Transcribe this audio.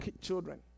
children